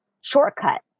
shortcut